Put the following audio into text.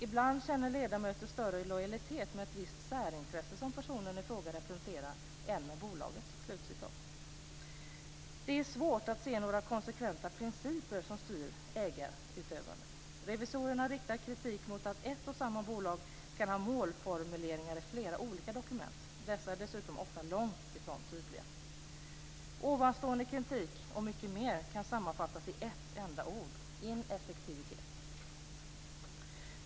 Ibland känner ledamöter större lojalitet med ett visst särintresse som personen i fråga representerar än med bolaget, skriver revisorerna. Det är svårt att se några konsekventa principer som styr ägarutövandet. Revisorerna riktar kritik mot att ett och samma bolag kan ha målformuleringar i flera olika dokument. Dessa är dessutom ofta långt ifrån tydliga. Ovanstående kritik - och mycket mer - kan sammanfattas i ett enda ord: ineffektivitet.